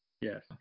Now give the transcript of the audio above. Yes